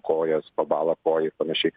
kojos pabalo po ir panašiai